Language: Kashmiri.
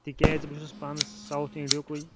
تِکیٛازِ بہٕ چھُس پانہٕ ساوُتھ اِنٛڈیِکُے